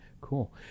cool